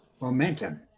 momentum